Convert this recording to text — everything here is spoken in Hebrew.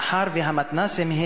מאחר שהמתנ"סים,